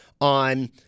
on